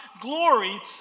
glory